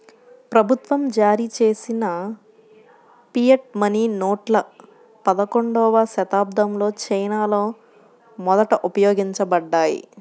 ప్రభుత్వం జారీచేసిన fiat money నోట్లు పదకొండవ శతాబ్దంలో చైనాలో మొదట ఉపయోగించబడ్డాయి